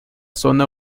zona